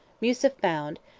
musa found,